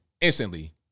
Instantly